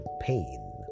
pain